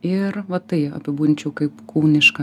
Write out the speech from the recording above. ir va tai apibūdinčiau kaip kūnišką